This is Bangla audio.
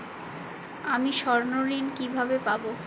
আমি স্বর্ণঋণ কিভাবে পাবো?